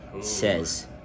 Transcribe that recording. says